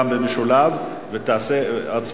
אם